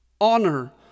Honor